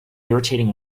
irritating